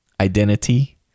Identity